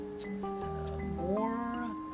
More